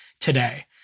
today